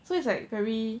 so it's like very